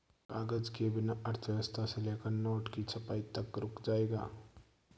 कागज के बिना अर्थव्यवस्था से लेकर नोट की छपाई तक रुक जाएगा